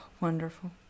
Wonderful